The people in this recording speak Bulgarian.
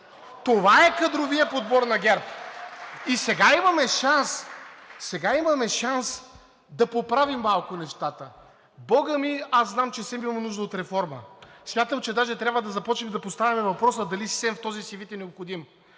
за България“.) И сега имаме шанс да поправим малко нещата. Бога ми, аз знам, че СЕМ има нужда от реформа, смятам, че даже трябва да започнем да поставяме въпроса дали СЕМ в този си вид е необходим.